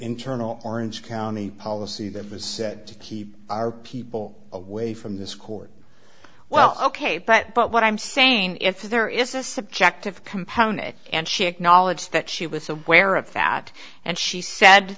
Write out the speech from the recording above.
internal orange county policy that was said to keep our people away from this court well ok but but what i'm saying if there is a subjective component and she acknowledged that she was aware of that and she said